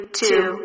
two